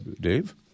Dave